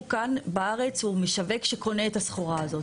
כאן בארץ הוא משווק שקונה את הסחורה הזאת.